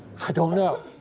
i don't know.